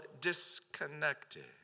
disconnected